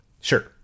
Sure